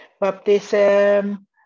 baptism